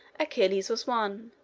achilles was one.